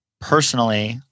Personally